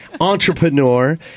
entrepreneur